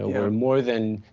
ah we're more than,